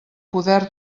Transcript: poder